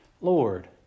Lord